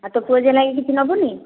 ଆଉ ତୋ ପୁଅଝିଅ ପାଇଁକି କିଛି ନବୁନି